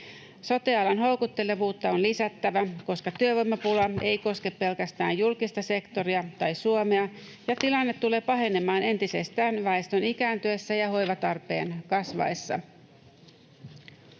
Sote-alan houkuttelevuutta on lisättävä, koska työvoimapula ei koske pelkästään julkista sektoria tai Suomea, ja tilanne tulee pahenemaan entisestään väestön ikääntyessä ja hoivatarpeen kasvaessa.